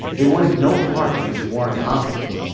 they wanted no part in this foreign conflict.